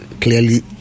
clearly